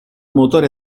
motore